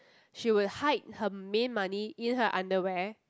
she would hide her main money in her underwear